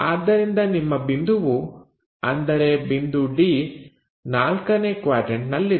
ಆದ್ದರಿಂದ ನಿಮ್ಮ ಬಿಂದುವು ಅಂದರೆ ಬಿಂದು D ನಾಲ್ಕನೇ ಕ್ವಾಡ್ರನ್ಟನಲ್ಲಿದೆ